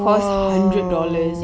!wow!